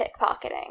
pickpocketing